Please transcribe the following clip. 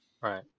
Right